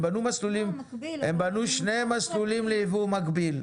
הם בנו שני מסלולים ליבוא מקביל.